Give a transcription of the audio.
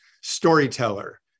storyteller